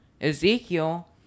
Ezekiel